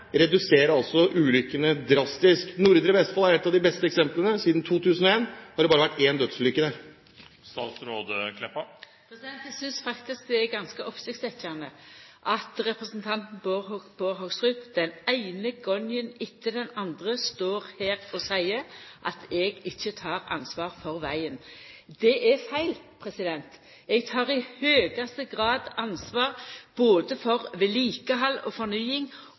reduserer antall ulykker drastisk? Nordre Vestfold er et av de beste eksemplene. Siden 2001 har det bare vært én dødsulykke der. Eg synest faktisk det er ganske oppsiktsvekkjande at representanten Bård Hoksrud den eine gongen etter den andre står her og seier at eg ikkje tek ansvar for vegen. Det er feil. Eg tek i høgaste grad ansvar både for vedlikehald og fornying